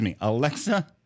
Alexa